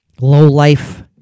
low-life